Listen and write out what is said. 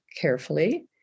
carefully